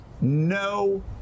no